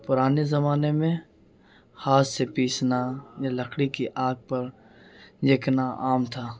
پرانے زمانے میں ہاتھ سے پیسنا یا لکڑی کی آکھ پر لکنا آم تھا